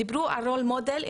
דיברו על role model,